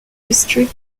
district